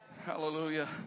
Hallelujah